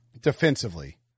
defensively